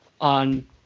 on